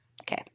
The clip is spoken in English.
Okay